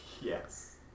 Yes